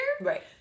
Right